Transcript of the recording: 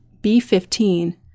B-15